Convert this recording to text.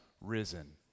risen